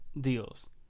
deals